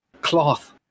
cloth